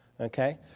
okay